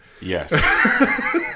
Yes